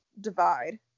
divide